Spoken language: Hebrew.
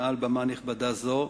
מעל במה נכבדה זו,